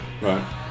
Right